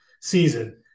season